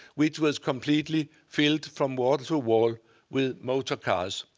which was completely filled from wall to wall with motor cars.